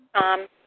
Tom